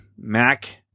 Mac